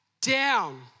down